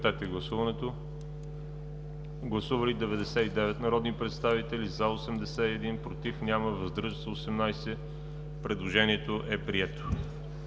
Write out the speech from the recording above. Гласували 97 народни представители: за 84, против няма, въздържали се 13. Предложението е прието.